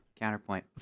Counterpoint